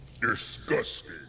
Disgusting